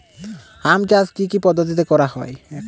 আম চাষ কি কি পদ্ধতিতে করা হয়?